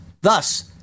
Thus